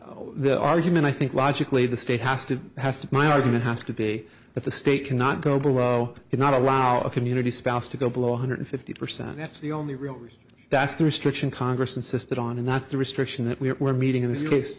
oh the argument i think logically the state has to has to my argument has to be that the state cannot go below and not allow a community spouse to go below one hundred fifty percent that's the only real reason that's the restriction congress insisted on and that's the restriction that we were meeting in this case